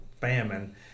famine